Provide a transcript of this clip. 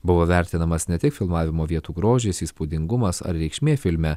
buvo vertinamas ne tik filmavimo vietų grožis įspūdingumas ar reikšmė filme